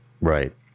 Right